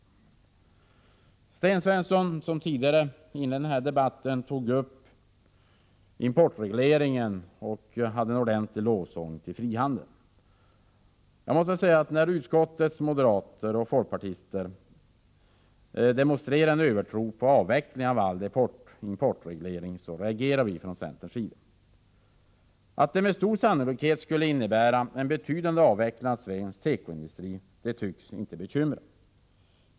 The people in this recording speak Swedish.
Sten Svensson tog tidigare i den här debatten upp importregleringen och höll en ordentlig lovsång till frihandeln. Jag måste säga att när utskottets moderater och folkpartister demonstrerar en övertro på avvecklingen av all importreglering reagerar vi från centerns sida. Att det med stor sannolikhet skulle innebära en betydande avveckling av svensk tekoindustri tycks inte bekymra.